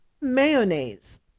mayonnaise